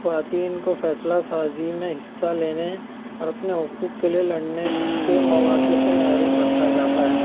خواتین کو فیصلہ سازی میں حصہ لینے اور اپنے حقوق کے لیے لڑنے کے مواقع سے محروم رکھا جاتا ہے